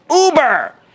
Uber